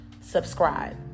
subscribe